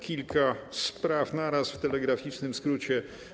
Kilka spraw naraz, w telegraficznym skrócie.